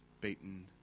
beaten